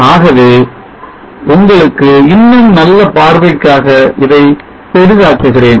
ஆகவே உங்களுக்கு இன்னும் நல்ல பார்வைக்காக இதை பெரிதாக்குகிறேன்